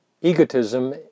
egotism